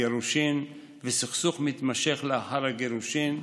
גירושים וסכסוך מתמשך לאחר הגירושים,